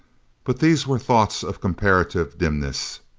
but these were thoughts of comparative dimness.